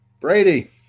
Brady